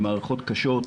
הן מערכות קשות.